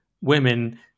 women